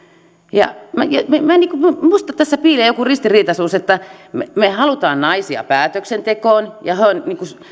minusta tässä piilee joku ristiriitaisuus että me me haluamme naisia päätöksentekoon ja